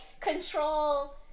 control